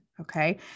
Okay